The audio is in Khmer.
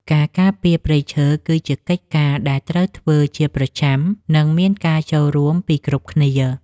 ការការពារព្រៃឈើ គឺជាកិច្ចការដែលត្រូវធ្វើជាប្រចាំ និងមានការចូលរួមពីគ្រប់គ្នា។